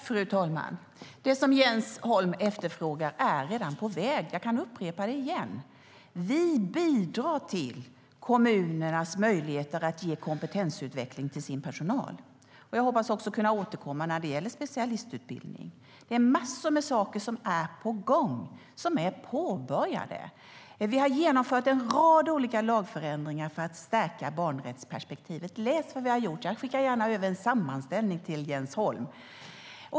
Fru talman! Det som Jens Holm efterfrågar är redan på väg. Jag kan upprepa det igen: Vi bidrar till kommunernas möjligheter att ge kompetensutveckling till sin personal. Jag hoppas också kunna återkomma när det gäller specialistutbildning. Det är massor med saker som är på gång och som är påbörjade. Vi har genomfört en rad olika lagförändringar för att stärka barnrättsperspektivet. Läs vad vi har gjort! Jag skickar gärna över en sammanställning till Jens Holm.